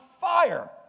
fire